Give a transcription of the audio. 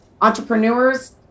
entrepreneurs